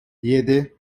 yedi